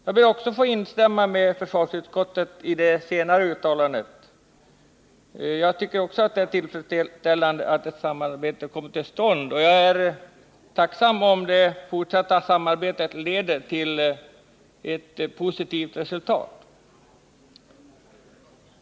Jag ber att få instämma med försvarsutskottet i det senare uttalandet; jag tycker också att det är tillfredsställande att ett samarbete har kommit till stånd, och jag är tacksam om det fortsatta samarbetet ger ett positivt resultat.